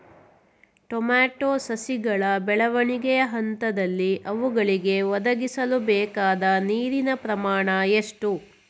Tomato ಸಸಿಗಳ ಬೆಳವಣಿಗೆಯ ಹಂತದಲ್ಲಿ ಅವುಗಳಿಗೆ ಒದಗಿಸಲುಬೇಕಾದ ನೀರಿನ ಪ್ರಮಾಣ ಎಷ್ಟು?